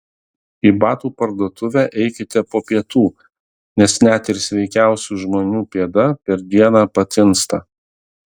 į batų parduotuvę eikite po pietų nes net ir sveikiausių žmonių pėda per dieną patinsta